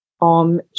Om